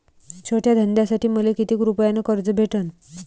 छोट्या धंद्यासाठी मले कितीक रुपयानं कर्ज भेटन?